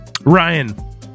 Ryan